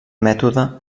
mètode